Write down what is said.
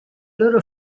loro